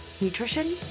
Nutrition